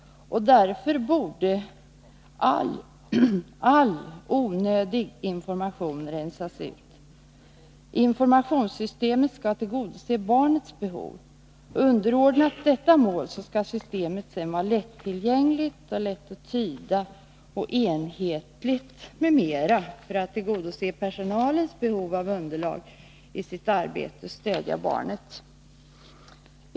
Därför borde all onödig information rensas ut. Informationssystemet skall tillgodose barnets behov. Underordnat detta mål skall systemet sedan vara lättillgängligt, vara lätt att tyda och enhetligt m.m. för att tillgodose personalens behov av underlag i sitt arbete med att stödja barnet.